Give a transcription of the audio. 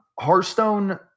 Hearthstone